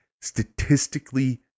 statistically